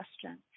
question